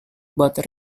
but